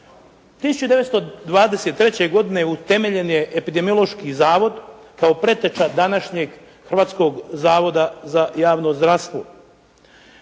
1923. godine utemeljen je Epidemiološki zavod kao preteča današnjeg Hrvatskog zavoda za javno zdravstvo.